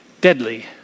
deadly